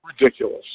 ridiculous